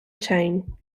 chain